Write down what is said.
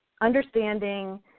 understanding